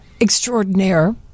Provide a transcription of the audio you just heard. extraordinaire